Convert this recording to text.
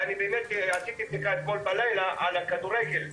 אני עשיתי אתמול בלילה בדיקה על הכדורגל.